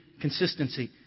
consistency